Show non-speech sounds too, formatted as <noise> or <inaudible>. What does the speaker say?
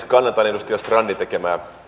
<unintelligible> kannatan edustaja strandin tekemää